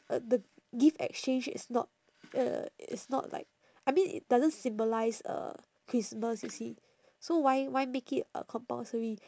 uh the gift exchange is not uh i~ it's not like I mean it doesn't symbolise uh christmas you see so why why make it uh compulsory